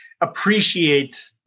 appreciate